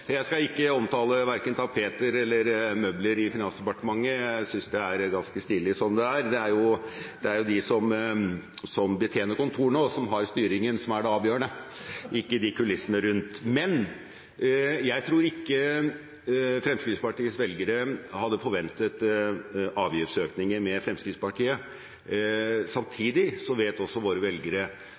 Jeg skal ikke omtale verken tapeter eller møbler i Finansdepartementet, jeg synes det er ganske stilig som det er, og det er jo de som betjener kontorene, og som har styringen, som er det avgjørende, ikke kulissene rundt. Men jeg tror ikke Fremskrittspartiets velgere hadde forventet avgiftsøkninger med Fremskrittspartiet. Samtidig vet også våre velgere